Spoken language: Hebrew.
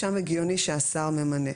שם הגיוני שהשר ממנה.